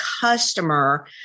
customer